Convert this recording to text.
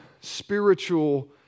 spiritual